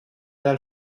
dal